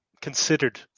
considered